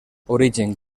origen